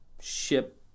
ship